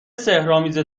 سحرآمیز